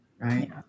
right